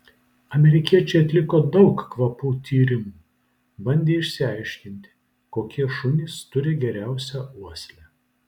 amerikiečiai atliko daug kvapų tyrimų bandė išsiaiškinti kokie šunys turi geriausią uoslę